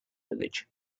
village